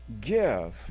give